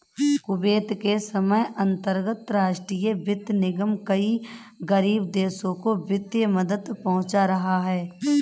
Kuwait के समय अंतरराष्ट्रीय वित्त निगम कई गरीब देशों को वित्तीय मदद पहुंचा रहा है